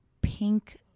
pink